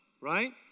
right